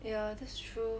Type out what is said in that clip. yeah that's true